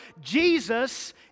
Jesus